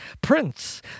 Prince